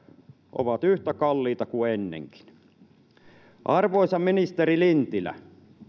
ovat yhtä kalliita kuin ennenkin arvoisa ministeri lintilä